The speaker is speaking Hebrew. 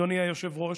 אדוני היושב-ראש,